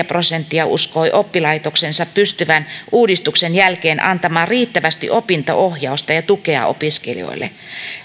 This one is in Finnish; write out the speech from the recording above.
prosenttia uskoi oppilaitoksensa pystyvän uudistuksen jälkeen antamaan riittävästi opinto ohjausta ja tukea opiskelijoille